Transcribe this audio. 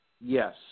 Yes